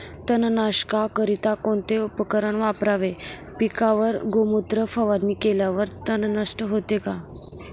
तणनाशकाकरिता कोणते उपकरण वापरावे? पिकावर गोमूत्र फवारणी केल्यावर तण नष्ट होते का?